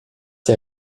der